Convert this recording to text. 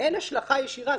אין השלכה ישירה.